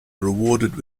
rewarded